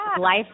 life